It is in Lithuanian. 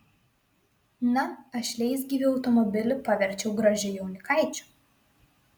na aš leisgyvį automobilį paverčiau gražiu jaunikaičiu